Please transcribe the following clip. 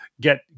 get